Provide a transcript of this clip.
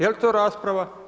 Je li to rasprava?